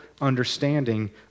understanding